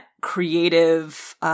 creative –